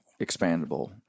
expandable